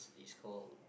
is call